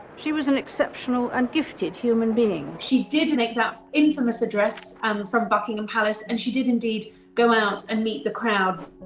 she was an exceptional and gifted human being. she did make that infamous address um from buckingham palace and she did indeed go out and meet the crowds.